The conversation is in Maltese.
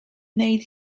ngħid